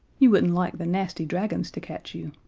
you wouldn't like the nasty dragons to catch you.